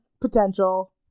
potential